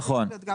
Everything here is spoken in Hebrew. נכון.